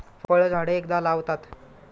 फळझाडे एकदा लावतात